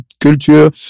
culture